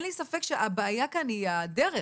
אין לי ספק שהבעיה כאן היא הדרך,